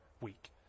week